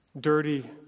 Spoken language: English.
dirty